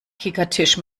kickertisch